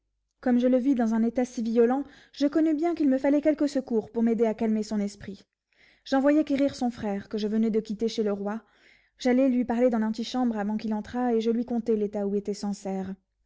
comme je le vis dans un état si violent je connus bien qu'il me fallait quelque secours pour m'aider à calmer son esprit j'envoyai quérir son frère que je venais de quitter chez le roi j'allai lui parler dans l'antichambre avant qu'il entrât et je lui contai l'état où était sancerre